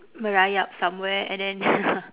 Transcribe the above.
merayap somewhere and then